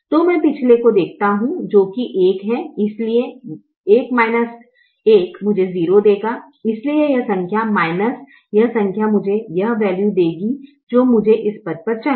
तो मैं पिछले को देखता हूं जो कि 1 है इसलिए 1 1 मुझे 0 देगा इसलिए यह संख्या माइनस यह संख्या मुझे वह वैल्यू देगी जो मुझे इस पद पर चाहिए